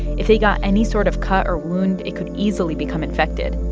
if they got any sort of cut or wound, it could easily become infected.